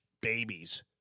babies